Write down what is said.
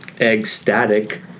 ecstatic